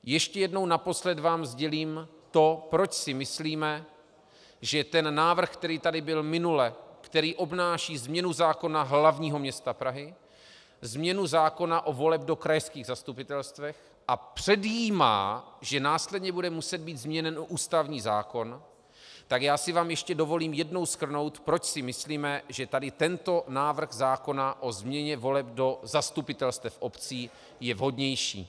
Ještě jednou, naposledy, vám sdělím to, proč si myslíme, že ten návrh, který tady byl minule, který obnáší změnu zákona hl. m. Prahy, změnu zákona o volbách do krajských zastupitelstvech a předjímá, že následně bude muset být změněn ústavní zákon, tak já si vám ještě jednou dovolím shrnout, proč si myslíme, že tady tento návrh zákona o změně voleb do zastupitelstev obcí je vhodnější.